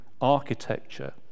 architecture